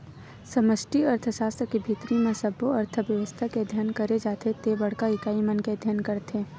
समस्टि अर्थसास्त्र के भीतरी म सब्बो अर्थबेवस्था के अध्ययन करे जाथे ते बड़का इकाई मन के अध्ययन करथे